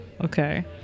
Okay